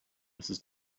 mrs